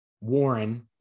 Warren